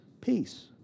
peace